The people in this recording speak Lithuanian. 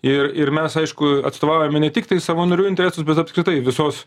ir ir mes aišku atstovaujame ne tiktai savo narių interesus bet apskritai visos